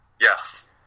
Yes